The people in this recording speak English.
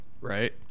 Right